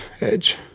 Edge